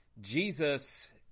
Jesus